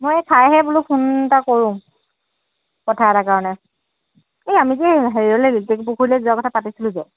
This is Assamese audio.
মই খাইহে বোলো ফোন এটা কৰোঁ কথা এটাৰ কাৰণে এই আমি যে হেৰিয়লৈ লেটেকু পুখুৰীলৈ যোৱাৰ কথা পাতিছিলো যে